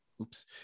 oops